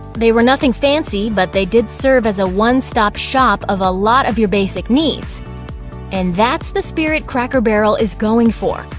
they were nothing fancy, but they did serve as a one-stop shop of a lot of your basic needs and that's the spirit cracker barrel is going for,